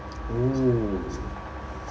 oo